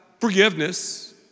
forgiveness